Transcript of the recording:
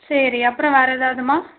சரி அப்புறம் வேறு ஏதாவதும்மா